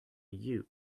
you